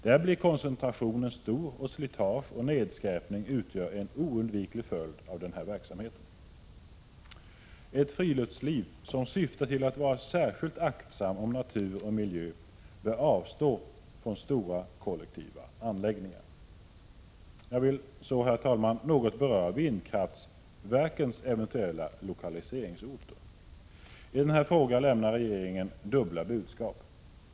Där blir koncentrationen stor, och slitage och nedskräpning utgör en oundviklig följd av denna verksamhet. Ett friluftsliv som syftar till att vara särskilt aktsamt om natur och miljö bör avstå från stora kollektiva anläggningar. Jag vill så, herr talman, något beröra vindkraftverkens eventuella lokaliseringsorter. I denna fråga lämnar regeringen dubbla budskap.